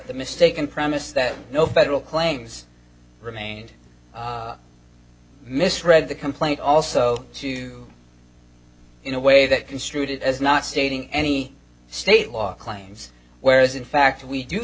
mistaken premise that no federal claims remained misread the complaint also in a way that construed as not stating any state law claims whereas in fact we do